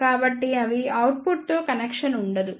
కాబట్టి అవి అవుట్పుట్తో కనెక్షన్ ఉండదు